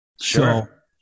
Sure